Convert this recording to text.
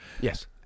Yes